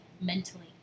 mentally